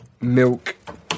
milk